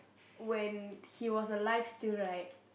when he was alive still right